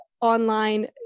online